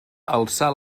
alçar